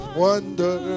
wonder